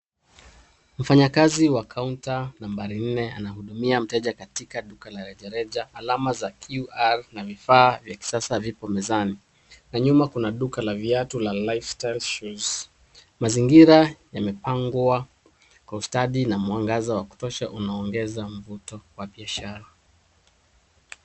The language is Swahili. Mfanyakazi wa counter nambari nne anahudumia mteja katika duka la rejareja alama za QR na vifaa vya kisasa vipo mezani na nyuma kuna duka la viatu ya lifestyle Shoes . Mazingira yamepangwa kwa ustadi na mwangana wa kutosha unaongeza mvuto wa biashara.